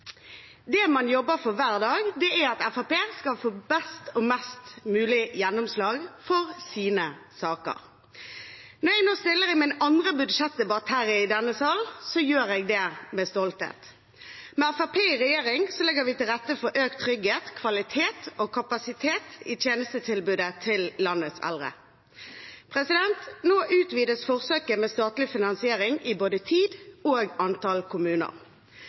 Det man jobber for hver dag, er at Fremskrittspartiet skal få best og mest mulig gjennomslag for sine saker. Når jeg nå stiller i min andre budsjettdebatt her i denne sal, gjør jeg det med stolthet. Med Fremskrittspartiet i regjering legger vi til rette for økt trygghet, kvalitet og kapasitet i tjenestetilbudet til landets eldre. Nå utvides forsøket med statlig finansiering både i tid og med antall kommuner.